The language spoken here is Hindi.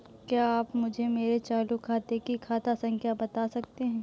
क्या आप मुझे मेरे चालू खाते की खाता संख्या बता सकते हैं?